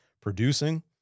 producing